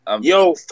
Yo